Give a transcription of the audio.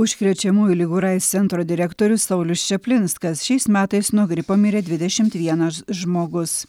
užkrečiamųjų ligų ir aids centro direktorius saulius čaplinskas šiais metais nuo gripo mirė dvidešimt vienas žmogus